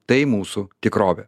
tai mūsų tikrovė